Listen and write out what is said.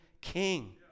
king